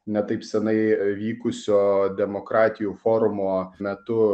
ne taip senai vykusio demokratijų forumo metu